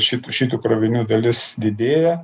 šitų šitų krovinių dalis didėja